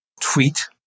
tweet